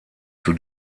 zur